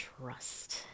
trust